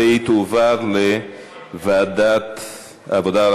והיא תועבר לוועדת העבודה,